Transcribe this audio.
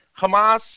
Hamas